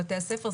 בבתי הספר,